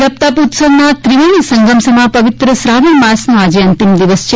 જપ તપ ઉત્સવના ત્રિવેણી સંગમ સમા પવિત્ર શ્રાવણ માસનો આજે અંતિમ દિવસ છે